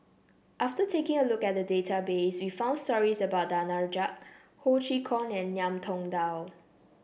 after taking a look at the database we found stories about Danaraj Ho Chee Kong and Ngiam Tong Dow